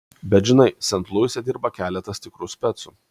bet žinai sent luise dirba keletas tikrų specų